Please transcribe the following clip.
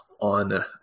on